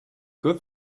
good